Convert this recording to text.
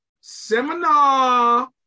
Seminar